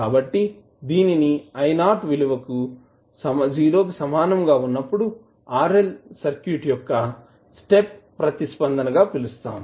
కాబట్టిదీనిని I0 విలువ 0 కి సమానంగా ఉన్నప్పుడు RL సర్క్యూట్ యొక్క స్టెప్ ప్రతిస్పందన గా పిలుస్తారు